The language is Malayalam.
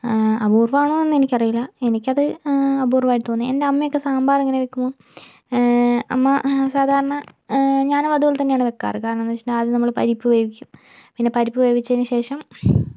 അപൂർവാണോന്ന് എനിക്കറിയില്ല എനിക്കത് അപൂർവമായിട്ട് തോന്നി എൻ്റെ അമ്മയൊക്കെ സാമ്പാർ എങ്ങനെ വയ്ക്കും അമ്മ സാധാരണ ഞാനും അതുപോലെ തന്നെയാണ് വയ്ക്കാറ് കാരണമെന്ന് വച്ചിട്ടുണ്ടെങ്കിൽ ആദ്യം നമ്മള് പരിപ്പ് വേവിക്കും പിന്നെ പരിപ്പ് വേവിച്ചതിനു ശേഷം